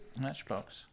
Matchbox